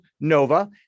Nova